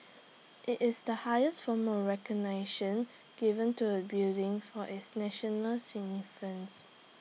IT is the highest form of recognition given to A building for its national